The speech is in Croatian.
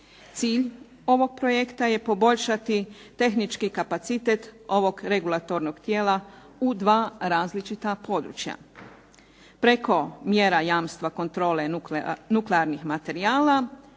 Cilj ovog projekta je poboljšati tehnički kapacitet ovog regulatornog tijela u dva različita područja preko mjera jamstva kontrole nuklearnih materijala,